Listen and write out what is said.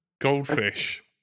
Goldfish